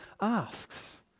asks